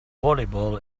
volleyball